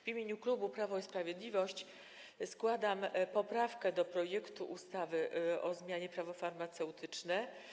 W imieniu klubu Prawo i Sprawiedliwość składam poprawkę do projektu ustawy o zmianie ustawy Prawo farmaceutyczne.